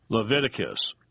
Leviticus